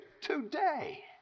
today